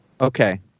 Okay